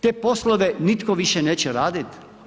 Te poslove nitko više neće raditi?